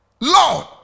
Lord